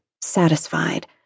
satisfied